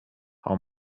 how